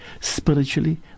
spiritually